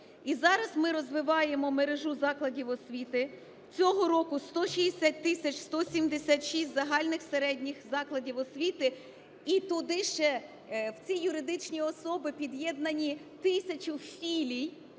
І зараз ми розвиваємо мережу закладів освіти. Цього року 160 тисяч 176 загальних середніх закладів освіти, і туди ще в ці юридичні особи під'єднані тисячу філій,